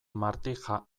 martija